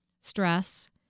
stress